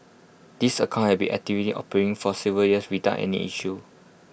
these accounts had been actively operating for several years without any issues